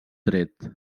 tret